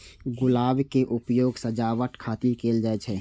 गुलाब के उपयोग सजावट खातिर कैल जाइ छै